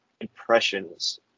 impressions